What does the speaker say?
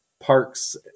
parks